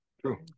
true